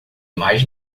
mais